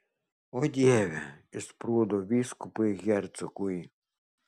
o dieve išsprūdo vyskupui hercogui